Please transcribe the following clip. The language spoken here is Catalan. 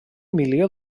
milió